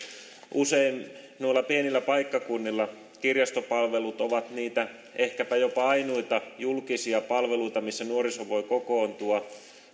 usein noilla pienillä paikkakunnilla kirjastopalvelut ovat ehkäpä jopa niitä ainoita julkisia palveluita missä nuoriso voi kokoontua